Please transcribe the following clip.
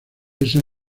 esa